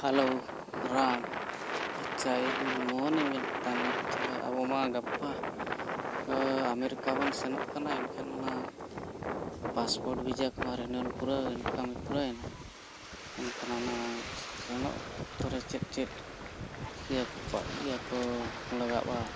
hello Ram ᱟᱪᱪᱷᱟ ᱤᱧ ᱢᱳᱦᱚᱱᱤᱧ ᱢᱮᱱᱮᱫ ᱛᱟᱦᱮᱱᱟ ᱟᱪᱪᱷᱟ ᱟᱵᱚᱢᱟ ᱜᱟᱯᱟ ᱟᱢᱮᱨᱤᱠᱟ ᱵᱚᱱ ᱥᱮᱱᱚᱜ ᱠᱟᱱᱟ ᱮᱱᱠᱷᱟᱱ ᱚᱱᱟ ᱯᱟᱥᱯᱳᱨᱴ ᱵᱷᱤᱡᱟ ᱠᱚᱢᱟ ᱨᱮᱱᱩᱭᱮᱞ ᱠᱟᱹᱢᱤ ᱯᱩᱨᱟᱹᱭᱮᱱᱟ ᱮᱱᱠᱷᱟᱱ ᱚᱱᱟ ᱥᱮᱱᱚᱜ ᱚᱠᱛᱚ ᱨᱮ ᱪᱮᱫ ᱪᱮᱫ ᱤᱭᱟᱹ ᱠᱚ ᱞᱟᱜᱟᱜᱼᱟ